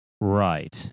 Right